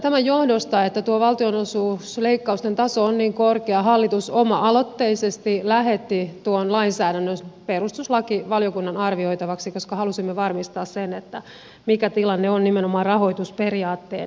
tämän johdosta että tuo valtionosuusleikkausten taso on niin korkea hallitus oma aloitteisesti lähetti tuon lainsäädännön perustuslakivaliokunnan arvioitavaksi koska halusimme varmistaa sen mikä tilanne on nimenomaan rahoitusperiaatteen näkökulmasta